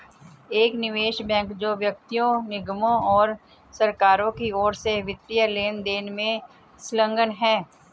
एक निवेश बैंक जो व्यक्तियों निगमों और सरकारों की ओर से वित्तीय लेनदेन में संलग्न है